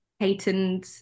heightened